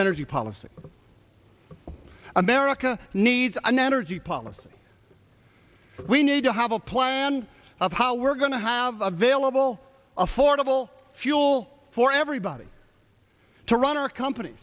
an energy policy america needs an energy policy we need to have a plan of how we're going to have available affordable fuel for everybody to run our compan